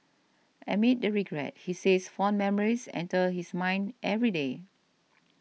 amid the regret he says fond memories enter his mind every day